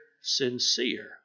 sincere